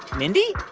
mindy?